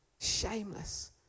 Shameless